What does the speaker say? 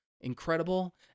incredible